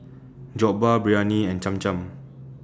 Jokbal Biryani and Cham Cham